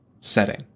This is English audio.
setting